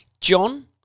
John